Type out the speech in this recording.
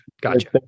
Gotcha